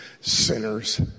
sinners